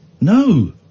No